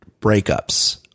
breakups